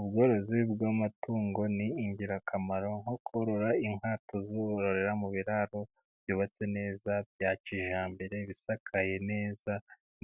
Ubworozi bw'amatungo ni ingirakamaro. Nko korora inka tu zororera mu biraro byubatse neza bya kijyambere bisakaye neza,